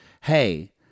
hey